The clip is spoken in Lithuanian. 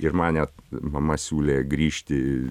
ir man net mama siūlė grįžti